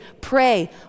pray